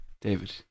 David